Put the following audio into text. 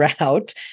route